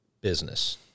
business